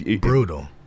brutal